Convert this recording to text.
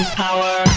power